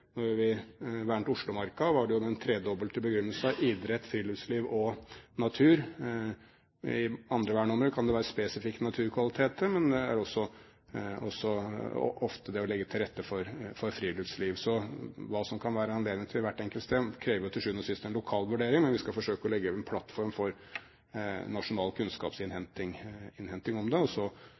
vi vernet Oslomarka, var det med den tredobbelte begrunnelsen idrett, friluftsliv og natur. I andre verneområder kan det være spesifikke naturkvaliteter, men det er også ofte det å legge til rette for friluftsliv. Så hva det kan være anledning til i hvert enkelt tilfelle, krever til sjuende og sist en lokal vurdering, men vi skal forsøke å legge en plattform for nasjonal kunnskapsinnhenting om det,